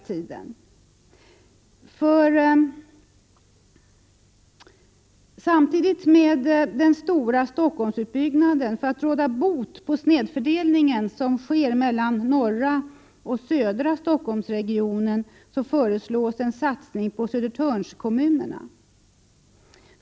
För att samtidigt med den stora Stockholmsutbyggnaden råda bot på den snedfördelning mellan norra och södra Stockholmsregionen föreslås en satsning på Södertörnskommunerna.